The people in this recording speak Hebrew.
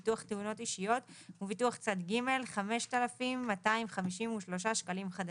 ביטוח תאונות אישיות וביטוח צד ג' - 5,253 שקלים חדשים.